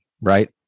right